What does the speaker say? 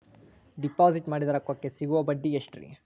Deposit ಮಾಡಿದ ರೊಕ್ಕಕೆ ಸಿಗುವ ಬಡ್ಡಿ ಎಷ್ಟ್ರೀ?